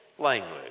language